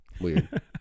Weird